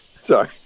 Sorry